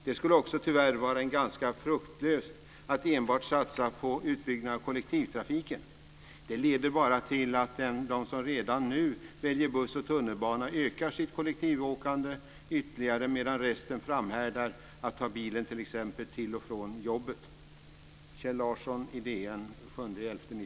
Det skulle också tyvärr vara ganska fruktlöst att enbart satsa på utbyggnad av kollektivtrafiken; det leder bara till att de som redan nu väljer buss och tunnelbana ökar sitt kollektivåkande ytterligare, medan resten framhärdar i att ta bilen t.ex. till och från jobbet.